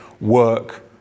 work